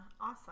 Awesome